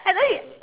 I know it